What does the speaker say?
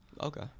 Okay